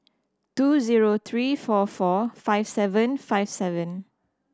two zero three four four five seven five seven